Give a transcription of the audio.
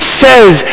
says